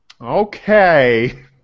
okay